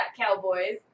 cowboys